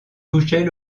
touchait